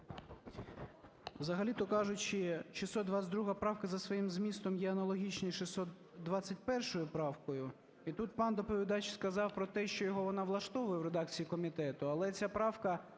Взагалі-то, кажучи, 622 правка за своїм змістом є аналогічна з 621 правкою. І тут пан доповідач сказав про те, що його вона влаштовує в редакції комітету, але ця правка,